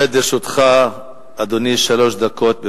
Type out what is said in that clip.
עומדות לרשותך, אדוני, שלוש דקות.